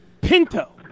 Pinto